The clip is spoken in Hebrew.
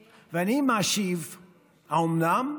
משיב: האומנם?